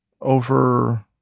over